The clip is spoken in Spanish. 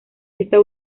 esta